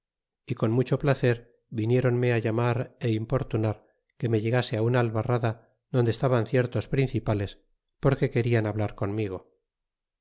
y con mucho placer vi nieronnie llamar y importunar que me llegase una albarrada donde y estaban ciertos principales porque emerjan hablar conmigo